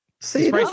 See